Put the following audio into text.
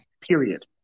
period